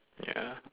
ya